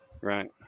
Right